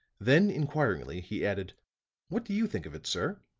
then, inquiringly, he added what do you think of it, sir?